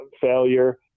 failure